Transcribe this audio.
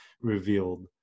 revealed